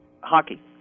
Hockey